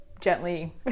Gently